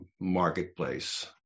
marketplace